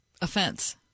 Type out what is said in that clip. offense